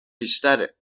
بیشتره